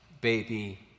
baby